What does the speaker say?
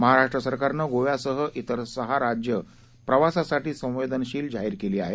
महाराष्ट्र सरकारनं गोव्यासह विर सहा राज्ये ही प्रवासासाठी संवेदनशील जाहीर केली आहेत